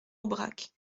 aubrac